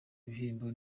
ibihembo